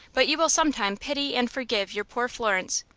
but you will some time pity and forgive your poor florence,